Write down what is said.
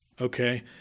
Okay